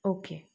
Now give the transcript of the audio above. okay